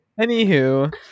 anywho